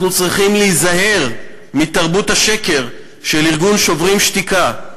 אנחנו צריכים להיזהר מתרבות השקר של ארגון "שוברים שתיקה",